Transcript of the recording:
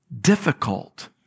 difficult